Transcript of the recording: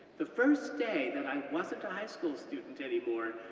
the first day that i wasn't a high school student anymore,